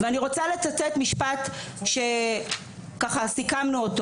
ואני רוצה לצטט משפט שככה סיכמנו אותו